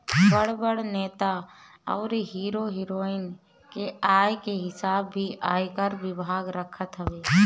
बड़ बड़ नेता अउरी हीरो हिरोइन के आय के हिसाब भी आयकर विभाग रखत हवे